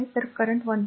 तर करंट 1